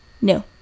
No